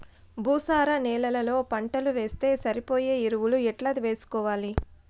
భూసార నేలలో పంటలు వేస్తే సరిపోయే ఎరువులు ఎట్లా వేసుకోవాలి?